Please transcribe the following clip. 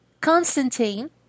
Constantine